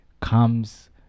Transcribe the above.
Comes